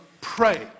Pray